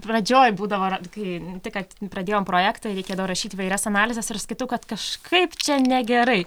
pradžioj būdavo kai tik kad pradėjom projektą ir reikėdavo rašyt įvairias analizes ir skaitau kad kažkaip čia negerai